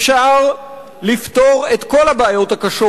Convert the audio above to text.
אפשר לפתור את כל הבעיות הקשות,